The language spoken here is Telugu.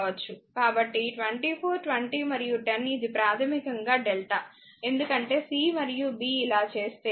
కాబట్టి 24 20 మరియు 10 ఇది ప్రాథమికంగా డెల్టా ఎందుకంటే C మరియు b ఇలా చేస్తే